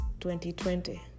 2020